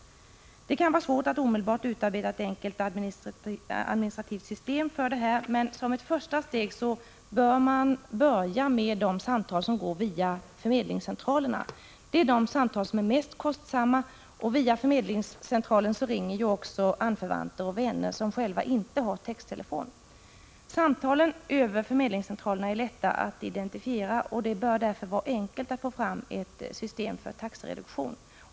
Det kan vara svårt att omedelbart utarbeta ett enkelt administrativt system för detta. Men som ett första steg bör man börja med de samtal som går via förmedlingscentralerna. Det är de samtal som är mest kostsamma. Via förmedlingscentralen ringer ju också anförvanter och vänner, vilka själva inte har texttelefon. Samtalen över förmedlingscentralen är lätta att identifiera, och det bör därför vara enkelt att få fram ett system för taxereduktion.